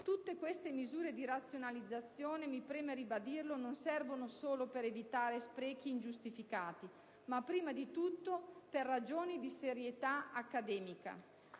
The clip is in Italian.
Tutte queste misure di razionalizzazione - mi preme ribadirlo - non servono solo per evitare sprechi ingiustificabili, ma prima di tutto per ragioni di serietà accademica.